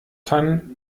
kann